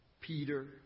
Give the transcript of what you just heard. Peter